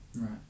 right